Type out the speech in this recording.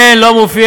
אין, לא מופיע.